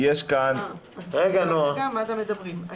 מה אנחנו בעצם כמדינה מבקשים מהגופים